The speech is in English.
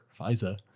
Pfizer